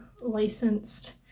licensed